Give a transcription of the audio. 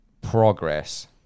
progress